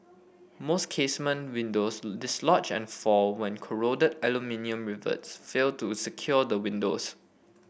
most casement windows dislodge and fall when corroded aluminium rivets fail to secure the windows